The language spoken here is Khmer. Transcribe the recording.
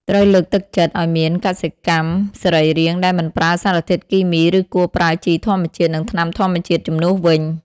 ត្រូវលើកទឹកចិត្តឲ្យមានកសិកម្មសរីរាង្គដែលមិនប្រើសារធាតុគីមី ឬគួរប្រើជីធម្មជាតិ និងថ្នាំធម្មជាតិជំនួសវិញ។